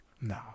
No